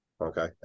Okay